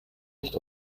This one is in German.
nicht